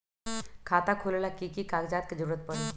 खाता खोले ला कि कि कागजात के जरूरत परी?